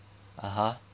(uh huh)